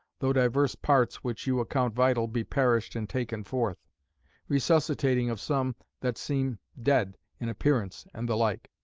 though divers parts, which you account vital, be perished and taken forth resuscitating of some that seem dead in appearance and the like.